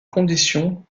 condition